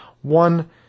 One